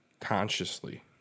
consciously